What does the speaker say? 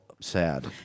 sad